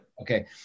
Okay